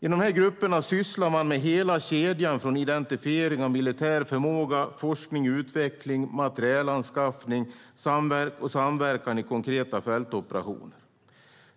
Inom dessa grupper sysslar man med hela kedjan från identifiering av militär förmåga till forskning och utveckling, materielanskaffning och samverkan i konkreta fältoperationer.